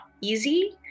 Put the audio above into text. easy